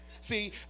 See